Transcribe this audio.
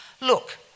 look